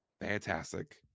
fantastic